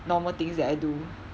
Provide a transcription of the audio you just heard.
normal things that I do